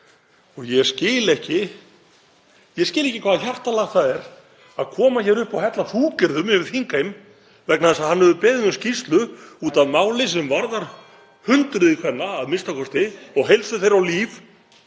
óskiljanleg. Ég skil ekki hvaða hjartalag það er að koma hér upp og hella fúkyrðum yfir þingheim vegna þess að hann hefur beðið um skýrslu út af máli sem varðar hundruð kvenna a.m.k. og heilsu þeirra og líf.